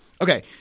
Okay